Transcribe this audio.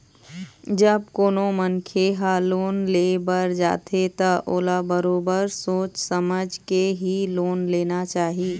जब कोनो मनखे ह लोन ले बर जाथे त ओला बरोबर सोच समझ के ही लोन लेना चाही